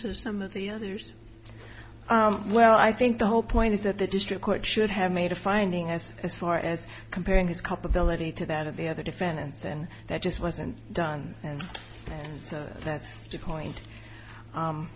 some of the others well i think the whole point is that the district court should have made a finding as as far as comparing his culpability to that of the other defendants and that just wasn't done and